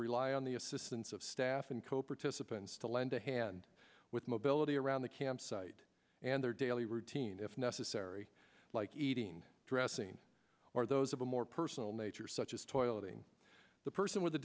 rely on the assistance of staff and co participants to lend a hand with mobility around the campsite and their daily routine if necessary like eating dressing or those of a more personal nature such as toileting the person with a